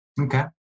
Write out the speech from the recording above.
Okay